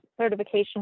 certification